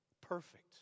perfect